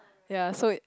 yea so it